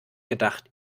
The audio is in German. gedacht